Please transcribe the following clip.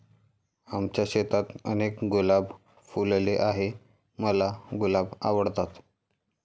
आमच्या शेतात अनेक गुलाब फुलले आहे, मला गुलाब आवडतात